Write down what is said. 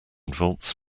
volts